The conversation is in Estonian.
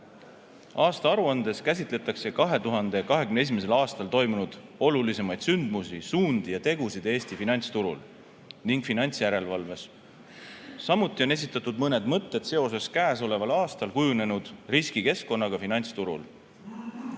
Aastaaruandes käsitletakse 2021. aasta olulisemaid sündmusi, suundi ja tegusid Eesti finantsturul ning finantsjärelevalves, samuti mõningaid mõtteid seoses käesoleval aastal kujunenud riskidega finantsturul.